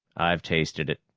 i've tasted it,